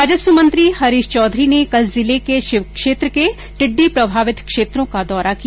राजस्व मंत्री हरीश चौधरी ने कल जिले के शिव क्षेत्र के टिड्डी प्रभावित क्षेत्रो का दौरा किया